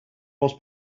was